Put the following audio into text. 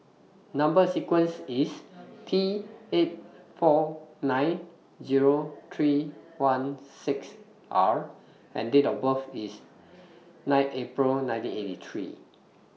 Number sequence IS T eight four nine Zero three one six R and Date of birth IS nine April nineteen eighty three